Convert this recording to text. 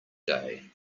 day